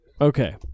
Okay